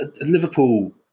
Liverpool